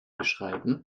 beschreiben